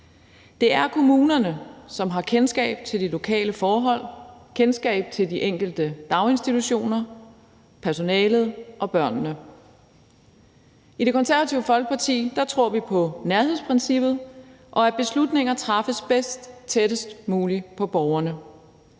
Det er kommunerne, som har kendskab til de lokale forhold, kendskab til de enkelte daginstitutioner, personalet og børnene. I Det Konservative Folkeparti tror vi på nærhedsprincippet, og at beslutninger træffes bedst tættest muligt på borgerne.